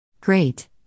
Great